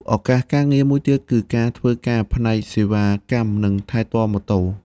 ឱកាសការងារមួយទៀតគឺការធ្វើការផ្នែកសេវាកម្មនិងថែទាំម៉ូតូ។